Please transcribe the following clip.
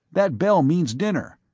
that bell means dinner,